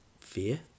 Fear